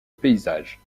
paysage